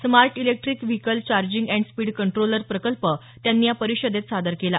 smart electric vehicle charging and speed controller प्रकल्प त्यांनी या परिषदेत सादर केला